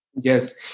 Yes